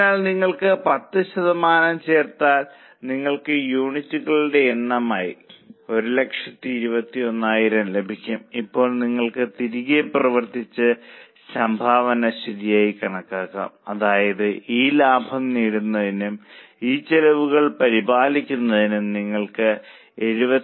അതിനാൽ നിങ്ങൾ 10 ശതമാനം ചേർത്താൽ നിങ്ങൾക്ക് യൂണിറ്റുകളുടെ എണ്ണമായി 121000 ലഭിക്കും ഇപ്പോൾ നിങ്ങൾക്ക് തിരികെ പ്രവർത്തിച്ച് സംഭാവന ശരിയായി കണക്കാക്കാം അതായത് ഈ ലാഭം നേടുന്നതിനും ഈ ചെലവുകൾ പരിപാലിക്കുന്നതിനും നിങ്ങൾ 79